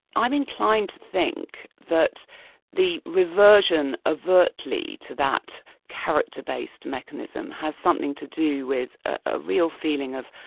i'm inclined to think that the reversion overtly to that character-based mechanism, has something to do with a real feeling of